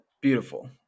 Beautiful